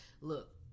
look